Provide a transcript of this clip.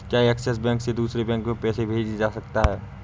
क्या Axis Bank से दूसरे बैंक में पैसे भेजे जा सकता हैं?